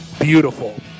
Beautiful